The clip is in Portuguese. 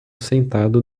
sentado